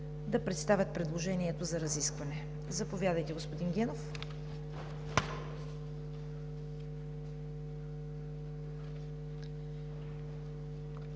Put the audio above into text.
да представят предложението за разискване. Заповядайте, господин Генов.